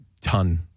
ton